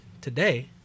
today